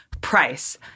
price